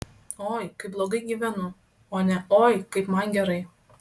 oi kaip blogai gyvenu o ne oi kaip man gerai